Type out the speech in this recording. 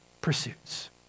pursuits